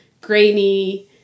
grainy